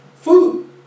Food